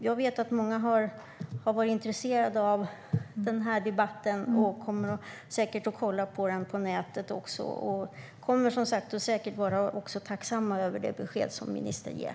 Jag vet att många har varit intresserade av den här debatten och säkert kommer att kolla på den på nätet, och de kommer som sagt säkert också att vara tacksamma för det besked ministern ger.